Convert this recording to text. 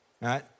right